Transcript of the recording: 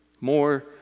more